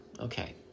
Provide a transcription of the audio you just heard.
Okay